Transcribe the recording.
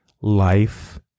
life